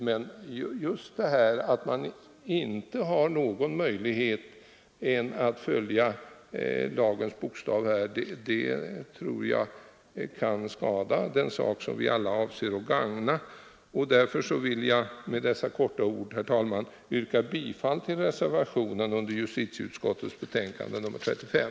Men just detta att man inte har någon annan möjlighet än att följa lagens bokstav anser jag kan skada den sak som vi alla avser att gagna, och därför vill jag med dessa få ord, herr talman, yrka bifall till reservationen vid justitieutskottets betänkande nr 35.